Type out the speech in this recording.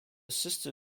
sister